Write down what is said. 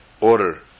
order